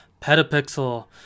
Petapixel